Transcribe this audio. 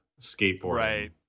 skateboarding